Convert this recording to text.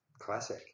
classic